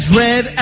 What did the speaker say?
red